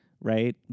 right